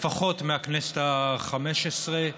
לפחות מהכנסת החמש-עשרה,